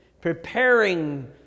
preparing